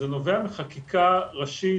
זה נובע מחקיקה ראשית,